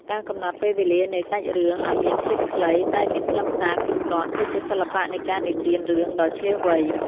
ការកំណត់ពេលវេលានៃសាច់រឿងឱ្យមានភាពខ្លីតែមានខ្លឹមសារគ្រប់គ្រាន់គឺជាសិល្បៈនៃការនិទានរឿងដ៏ឈ្លាសវៃ។